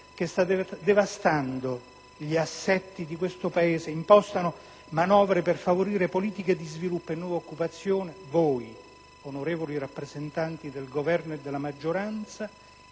che sta devastando gli assetti di quei Paesi impostano manovre per favorire politiche di sviluppo e nuova occupazione, voi, onorevoli rappresentanti del Governo e della maggioranza,